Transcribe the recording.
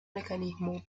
mecanismo